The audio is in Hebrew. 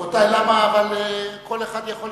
רבותי חברי הכנסת, למה, כל אחד יכול לדבר,